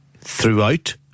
throughout